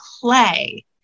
play